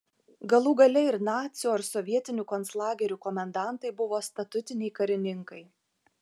galų gale ir nacių ar sovietinių konclagerių komendantai buvo statutiniai karininkai